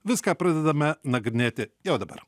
viską pradedame nagrinėti jau dabar